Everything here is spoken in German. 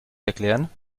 erklären